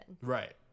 Right